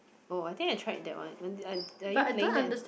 oh I think I tried one when are you playing that